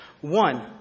One